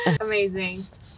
Amazing